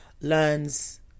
learns